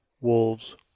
Wolves